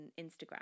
Instagram